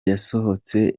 yasohotse